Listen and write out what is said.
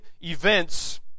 events